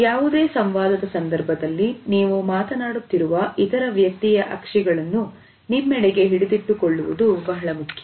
ಯಾವುದೇ ಸಂವಾದದ ಸಂದರ್ಭದಲ್ಲಿ ನೀವು ಮಾತನಾಡುತ್ತಿರುವ ಇತರ ವ್ಯಕ್ತಿಯ ಅಕ್ಷಿ ಗಳನ್ನು ನಿಮ್ಮೆಡೆಗೆ ಹಿಡಿದಿಟ್ಟುಕೊಳ್ಳುವುದು ಬಹಳ ಮುಖ್ಯ